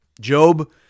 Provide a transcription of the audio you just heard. Job